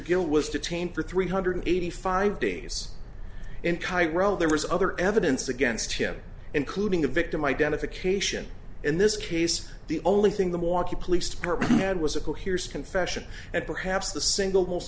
gill was detained for three hundred eighty five days in cairo there was other evidence against him including the victim identification in this case the only thing the walky police department had was a coheres confession and perhaps the single most